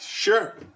Sure